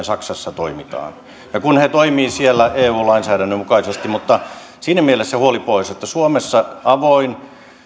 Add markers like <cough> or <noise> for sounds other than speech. <unintelligible> saksassa toimitaan ja kun he toimivat siellä eu lainsäädännön mukaisesti mutta siinä mielessä huoli pois että suomessa säilyy